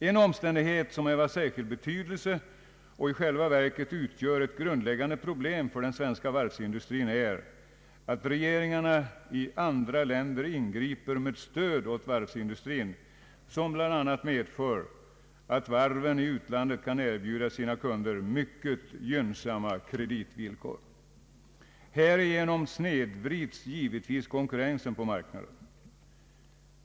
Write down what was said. En omständighet, som är av särskild betydelse och i själva verket utgör ett grundläggande problem för den svenska varvsindustrin, är att regeringarna i andra länder ingriper med stöd åt varvsindustrin, vilket bl.a. medför att varven i utlandet kan erbjuda sina kunder mycket gynnsamma kreditvillkor. Härigenom snedvrids givetvis konkurrensen på marknaden.